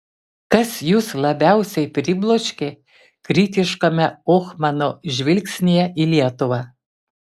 kas jus labiausiai pribloškė kritiškame ohmano žvilgsnyje į lietuvą